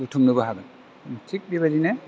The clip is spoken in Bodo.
बुथुमनोबो हागोन थिक बेबाइदिनो